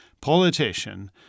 politician